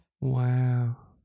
Wow